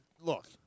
look